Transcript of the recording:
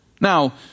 Now